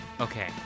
Okay